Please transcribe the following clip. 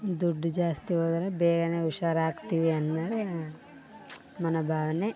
ದುಡ್ಡು ಜಾಸ್ತಿ ಹೋದರೆ ಬೇಗನೆ ಹುಷಾರಾಗ್ತೀವಿ ಅನ್ನೋದೆ ಮನೋಭಾವನೆ